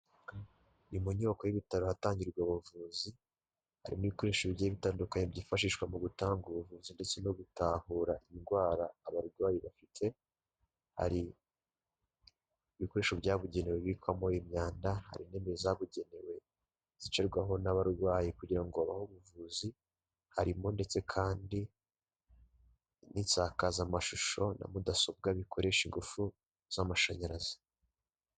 Mu nyubako y'ibitaro ahatangirwa ubuvuzi. Harimo ibikoresho bigiye bitandukanye byifashishwa mu gutanga ubuvuzi ndetse no gutahura indwara abarwayi bafite. Hari ibikoresho byabugenewe bikwamo imyanda, hari intebe zabugenewe zicirwaho n'abarwayi kugira ngo babahe ubuvuzi, harimo ndetse kandi n'insakazamashusho na mudasobwa bikoresha ingufu z'amashanyarazi.